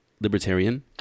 libertarian